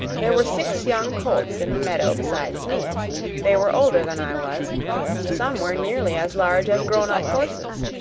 there were six young colts in the meadow besides me they were older than i was some were nearly as large as grown-up horses.